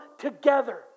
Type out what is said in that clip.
together